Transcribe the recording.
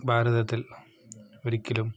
ഭാരതത്തില് ഒരിക്കലും